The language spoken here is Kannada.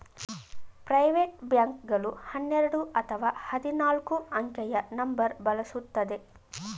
ಪ್ರೈವೇಟ್ ಬ್ಯಾಂಕ್ ಗಳು ಹನ್ನೆರಡು ಅಥವಾ ಹದಿನಾಲ್ಕು ಅಂಕೆಯ ನಂಬರ್ ಬಳಸುತ್ತದೆ